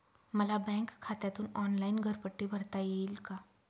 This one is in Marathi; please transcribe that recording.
मला बँक खात्यातून ऑनलाइन घरपट्टी भरता येईल का?